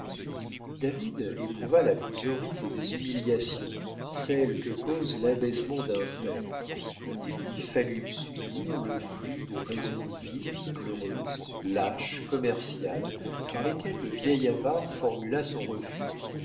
david éprouva la plus horrible des humiliations celle que cause l'abaissement d'un père il lui fallut subir le flux de raisons viles pleureuses lâches commerciales par lesquelles le vieil avare formula son refus